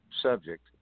subject